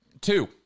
Two